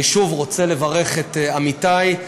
אני שוב רוצה לברך את עמיתי,